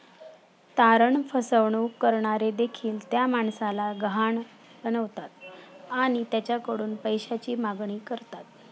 तारण फसवणूक करणारे देखील त्या माणसाला गहाण बनवतात आणि त्याच्याकडून पैशाची मागणी करतात